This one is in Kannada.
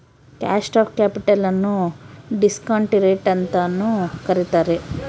ಕಾಸ್ಟ್ ಆಫ್ ಕ್ಯಾಪಿಟಲ್ ನ್ನು ಡಿಸ್ಕಾಂಟಿ ರೇಟ್ ಅಂತನು ಕರಿತಾರೆ